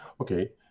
Okay